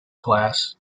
class